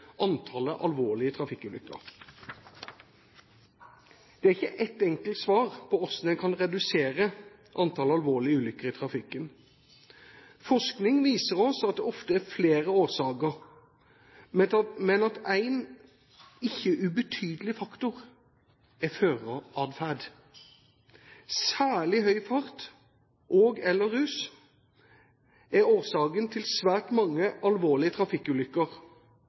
antallet alvorlige trafikkulykker. Det er ikke ett enkelt svar på hvordan en kan redusere antallet alvorlige ulykker i trafikken. Forskning viser oss at det ofte er flere årsaker, men at en ikke ubetydelig faktor er føreratferd. Særlig høy fart og/eller rus er årsaken til svært mange alvorlige trafikkulykker,